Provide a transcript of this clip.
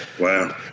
Wow